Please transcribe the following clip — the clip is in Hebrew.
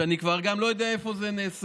ואני כבר גם לא יודע איפה זה נעשה,